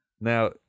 Now